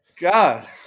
God